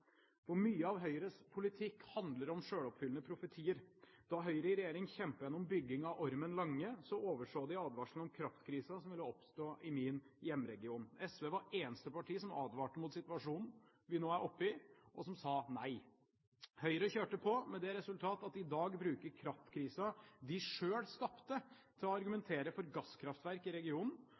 For mye av Høyres politikk handler om selvoppfyllende profetier. Da Høyre i regjering kjempet igjennom bygging av Ormen Lange, overså de advarselen om kraftkrisen som ville oppstå i min hjemregion. SV var det eneste partiet som advarte mot situasjonen vi nå er oppe i, og som sa nei. Høyre kjørte på med det resultat at de i dag bruker kraftkrisen de selv skapte, til å argumentere for gasskraftverk i regionen,